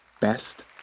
Best